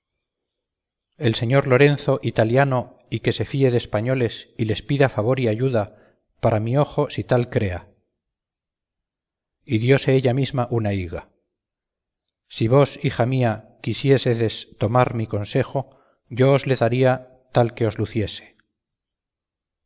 el señor lorenzo italiano y que se fíe de españoles y les pida favor y ayuda para mi ojo si tal crea y diose ella misma una higa si vos hija mía quisiésedes tomar mi consejo yo os le daría tal que os